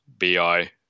BI